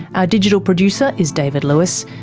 our digital producer is david lewis.